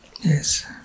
Yes